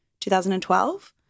2012